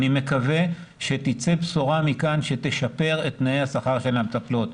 אני מקווה שמכאן תצא בשורה שתשפר את תנאי השכר של המטפלות.